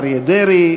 אריה דרעי,